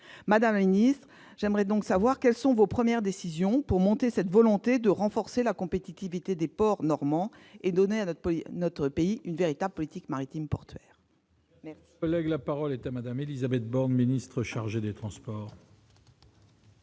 Madame la ministre, j'aimerais savoir quelles seront vos premières décisions pour montrer cette volonté de renforcer la compétitivité des ports normands et donner à notre pays une véritable politique maritime portuaire.